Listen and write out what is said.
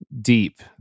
deep